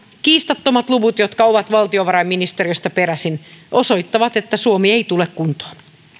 kiistattomat luvut jotka ovat valtiovarainministeriöstä peräisin osoittavat että suomi ei tule kuntoon